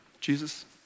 Jesus